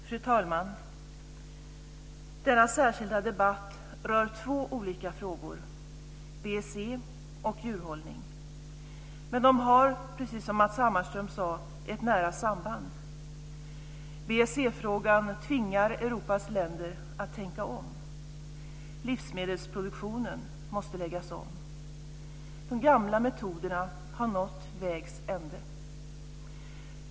Fru talman! Den här särskilda debatten rör två olika frågor, BSE och djurhållning. Men de har, precis som Matz Hammarström sade, ett nära samband. BSE-frågan tvingar Europas länder att tänka om. Livsmedelsproduktionen måste läggas om. De gamla metoderna har nått vägs ände.